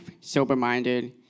sober-minded